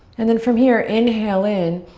and then from here, inhale in.